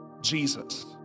Jesus